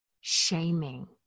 shaming